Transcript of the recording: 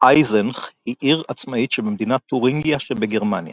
אייזנך היא עיר עצמאית במדינת תורינגיה שבגרמניה.